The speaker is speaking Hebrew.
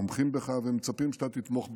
תומכים בך ומצפים שאתה תתמוך בהם,